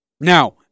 Now